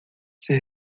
ser